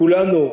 כולנו,